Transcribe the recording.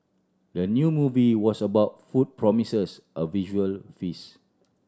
the new movie was about food promises a visual feast